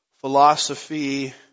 philosophy